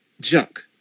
junk